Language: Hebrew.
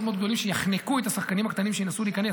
מאוד גדולים שיחנקו את השחקנים הקטנים שינסו להיכנס,